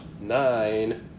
nine